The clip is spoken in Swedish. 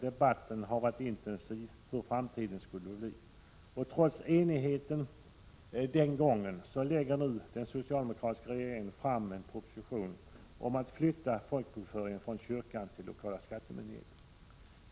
Debatten har varit intensiv om hur framtiden skulle bli. Trots enigheten den gången lägger nu den socialdemokratiska regeringen fram en proposition om att flytta folkbokföringen från kyrkan till lokala skattemyndigheten.